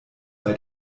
bei